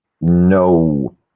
No